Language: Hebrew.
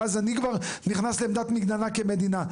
ואז אני כבר נכנס לעמדת מגננה כמדינה.